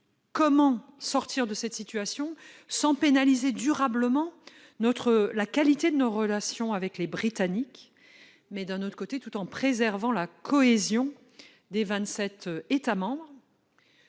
Comment sortir de cette situation sans pénaliser durablement la qualité de nos relations avec les Britanniques, tout en préservant la cohésion des vingt-sept États membres ?